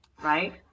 right